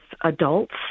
adults